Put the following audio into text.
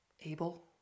abel